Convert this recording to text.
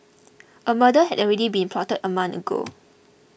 a murder had already been plotted a month ago